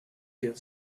get